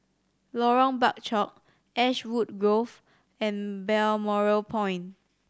Lorong Bachok Ashwood Grove and Balmoral Point